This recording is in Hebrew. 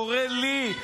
קורא לי,